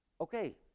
Okay